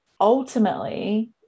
ultimately